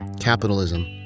capitalism